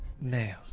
Now